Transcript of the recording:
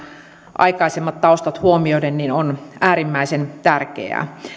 aikaisemmat taustat huomioiden on äärimmäisen tärkeää